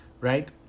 Right